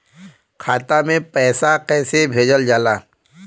खाता में पैसा कैसे भेजल जाला?